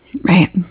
Right